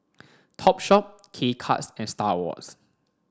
Topshop K Cuts and Star Awards